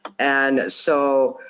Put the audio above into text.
and so,